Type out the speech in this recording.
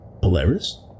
Polaris